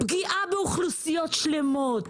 בפגיעה באוכלוסיות שלמות.